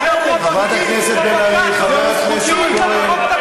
חברת הכנסת בן ארי, חבר הכנסת כהן, אתה פרובוקטור.